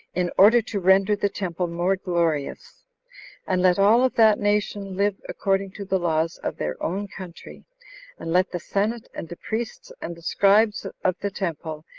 in order to render the temple more glorious and let all of that nation live according to the laws of their own country and let the senate, and the priests, and the scribes of the temple,